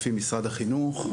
לפי משרד החינוך,